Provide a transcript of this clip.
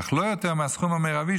אך לא יותר מהסכום המרבי,